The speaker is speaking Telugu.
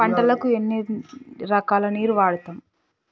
పంటలకు ఎన్ని రకాల నీరు వాడుతం?